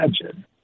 imagine